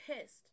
pissed